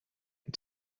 and